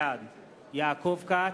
בעד יעקב כץ,